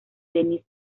denise